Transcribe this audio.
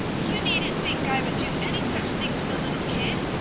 you needn't think i would do any such thing to the little kid!